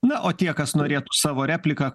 na o tie kas norėtų savo repliką